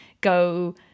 go